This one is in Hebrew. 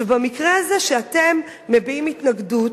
במקרה הזה שאתם מביעים התנגדות,